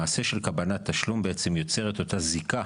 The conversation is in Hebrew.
המעשה של קבלת תשלום יוצר את אותה זיקה